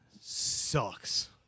sucks